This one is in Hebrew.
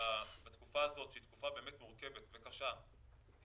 בתקופה הזאת שהיא תקופה מורכבת וקשה,